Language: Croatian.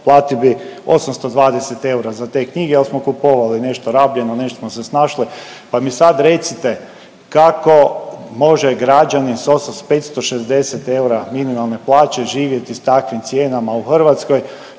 platio bi 820 eura za te knjige, al smo kupovali nešto rabljeno, nešto smo se snašli, pa mi sad recite kako može građanin s 560 eura minimalne plaće živjeti s takvim cijenama u Hrvatskoj